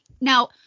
Now